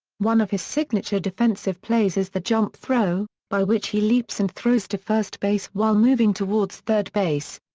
one of his signature defensive plays is the jump-throw, by which he leaps and throws to first base while moving towards third base.